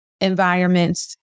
environments